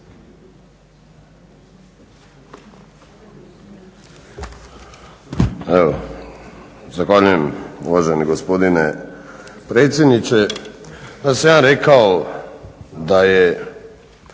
zahvaljujem uvaženi gospodine predsjedniče. Da sam ja rekao da je